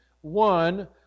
one